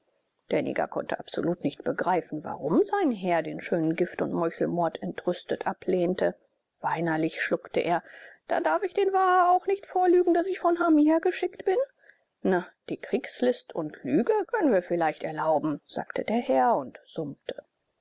der neger konnte absolut nicht begreifen warum sein herr den schönen gift und meuchelmord entrüstet ablehnte weinerlich schluckte er dann darf ich den waha auch nicht vorlügen daß ich von hamia geschickt bin na die kriegslist und lüge könnten wir vielleicht erlauben sagte der herr und summte